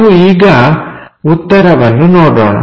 ನಾವು ಈಗ ಉತ್ತರವನ್ನು ನೋಡೋಣ